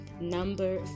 number